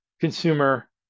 consumer